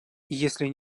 если